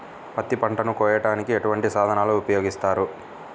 పత్తి పంటను కోయటానికి ఎటువంటి సాధనలు ఉపయోగిస్తారు?